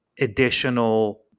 additional